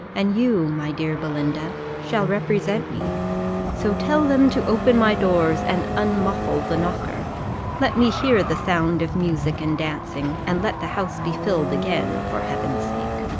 and you, my dear belinda, shall represent me so tell them to open my doors, and unmuffle the knocker let me hear the sound of music and dancing, and let the house be filled again, for heaven's sake.